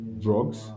drugs